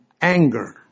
anger